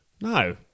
No